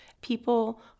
people